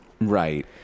Right